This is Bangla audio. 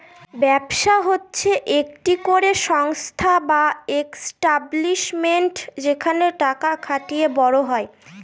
ব্যবসা হচ্ছে একটি করে সংস্থা বা এস্টাব্লিশমেন্ট যেখানে টাকা খাটিয়ে বড় হয়